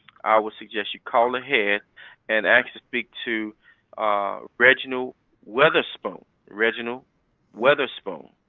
i would suggest you call ahead and ask to speak to reginald weatherspoon, reginald weatherspoon,